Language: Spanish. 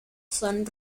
son